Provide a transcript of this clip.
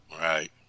Right